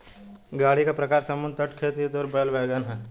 गाड़ी का प्रकार समुद्र तट, खेत, युद्ध और बैल वैगन है